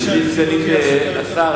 גברתי סגנית השר,